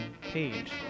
page